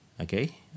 okay